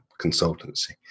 consultancy